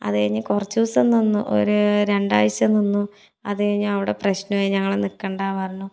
അത് കഴിഞ്ഞ് കുറച്ച് ദിവസം നിന്നു ഒരു രണ്ടാഴ്ച നിന്നു അതുകഴിഞ്ഞ് അവിടെ പ്രശ്നമായി ഞങ്ങൾ നിൽക്കണ്ട പറഞ്ഞു